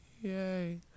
Yay